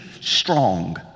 strong